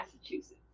massachusetts